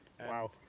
Wow